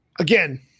Again